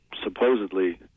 supposedly